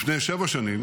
לפני שבע שנים